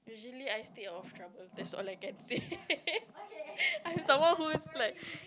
usually I stay out of trouble that's all I can say I'm someone who's like